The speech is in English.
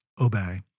obey